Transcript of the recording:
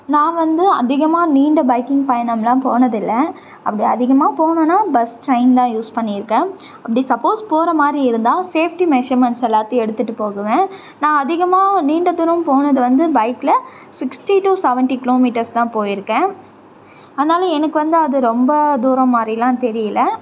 நான் வந்து அதிகமாக நீண்ட பைக்கிங் பயணமெலாம் போனதில்ல அப்படி அதிகமாக போகணுன்னா பஸ் ட்ரெயின் தான் யூஸ் பண்ணியிருக்கேன் அப்படி சப்போஸ் போகிற மாதிரி இருந்தால் சேஃப்ட்டி மெஷர்மெண்ட்ஸ் எல்லாத்தையும் எடுத்துகிட்டு போவேன் நான் அதிகமாக நீண்ட தூரம் போனது வந்து பைக்கில் சிக்ஸ்டி டூ செவண்ட்டி கிலோமீட்டர்ஸ் தான் போயிருக்கேன் அதனால எனக்கு வந்து அது ரொம்ப தூரம் மாதிரிலாம் தெரியலை